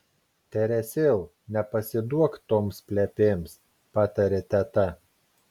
teresėl nepasiduok toms plepėms patarė teta